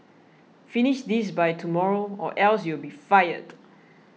finish this by tomorrow or else you'll be fired